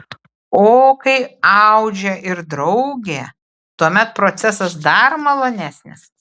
o kai audžia ir draugė tuomet procesas dar malonesnis